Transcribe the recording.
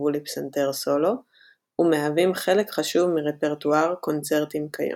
שנכתבו לפסנתר סולו ומהווים חלק חשוב מרפרטואר קונצרטים כיום.